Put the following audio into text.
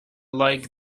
like